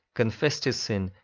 confessed his sin,